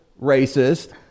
racist